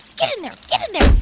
get in there. get in there.